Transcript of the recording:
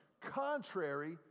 contrary